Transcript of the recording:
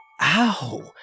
Ow